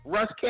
Russ